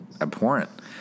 abhorrent